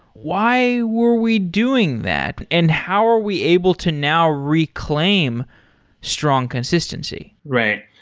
why were we doing that and how are we able to now reclaim strong consistency? right.